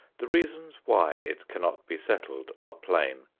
the reasons why it cannot be settled are plain.